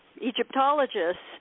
Egyptologists